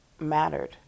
mattered